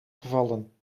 gevallen